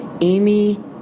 Amy